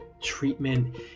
treatment